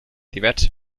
diverse